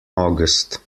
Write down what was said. august